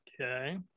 Okay